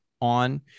on